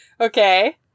Okay